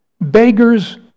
Beggars